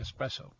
espresso